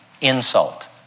insult